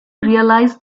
realise